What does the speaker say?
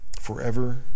Forever